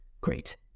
Great